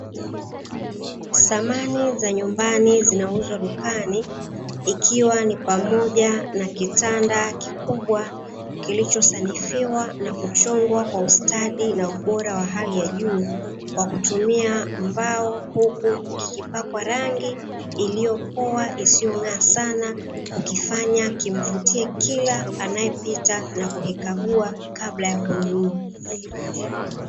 Samani za nyumbani zinauzwa dukani, ikiwa ni pamoja na kitanda kikubwa kilchosanifiwa na kuchongwa kwa ustadi na ubora wa hali ya juu, kwa kutumia mbao huku kikipakwa rangi iliyopoa isiyong'aa sana, kukifanya kimvutie kila anayepita na kukikagua kabla ya kununua.